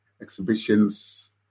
exhibitions